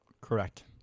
Correct